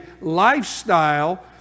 lifestyle